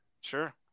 Sure